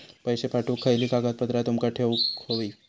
पैशे पाठवुक खयली कागदपत्रा तुमका देऊक व्हयी?